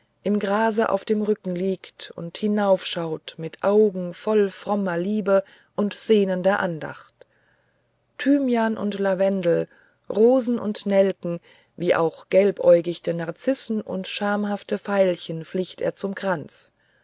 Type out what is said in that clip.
im grase auf dem rücken liegt und hinaufschaut mit augen voll frommer liebe und sehnender andacht thymian und lavendel rosen und nelken wie auch gelbäugichte narzissen und schamhafte veilchen flicht er zum kranz